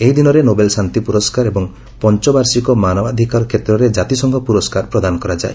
ଏହି ଦିନରେ ନୋବେଲ୍ ଶାନ୍ତି ପୁରସ୍କାର ଏବଂ ପଞ୍ଚବାର୍ଷିକ ମାନବାଧିକାର କ୍ଷେତ୍ରରେ ଜାତିସଂଘ ପୁରସ୍କାର ପ୍ରଦାନ କରାଯାଏ